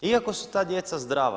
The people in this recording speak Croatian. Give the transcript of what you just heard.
Iako su ta djeca zdrava.